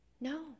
No